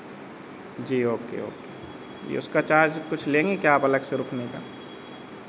जी okay okay ये उसका charge कुछ लेंगे क्या आप अलग से रुकने का